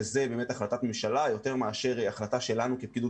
וזאת החלטת ממשלה יותר מאשר החלטה שלנו כפעילות